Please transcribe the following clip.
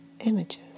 images